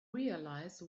realize